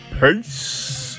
Peace